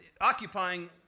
occupying